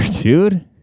dude